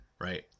Right